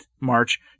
March